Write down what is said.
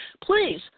please